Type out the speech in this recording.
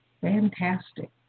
fantastic